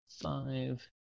five